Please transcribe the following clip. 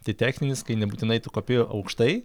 tai techninis kai nebūtinai tu kopi aukštai